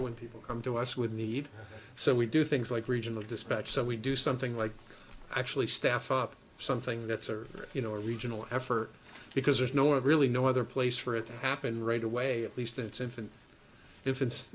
when people come to us with need so we do things like regional dispatch so we do something like actually staff up something that's or you know a regional effort because there's no really no other place for it to happen right away at least it's infant i